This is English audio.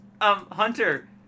Hunter